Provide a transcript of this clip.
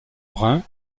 brun